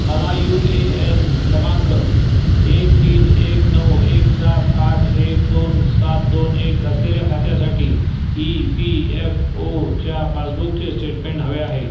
मला U A N क्रमांक एक तीन एक नऊ एक सात आठ एक दोन सात दोन एक असलेल्या खात्यासाठी ई पी एफ ओ च्या पासबुकचे स्टेटमेंट हवे आहे